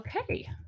Okay